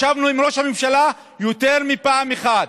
ישבנו עם ראש הממשלה יותר מפעם אחת,